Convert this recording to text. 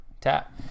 Tap